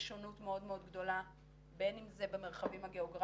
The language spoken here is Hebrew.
יש שונות מאוד גדולה בין אם זה במרחבים הגיאוגרפיים,